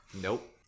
Nope